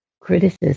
criticism